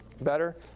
better